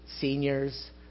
seniors